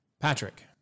Patrick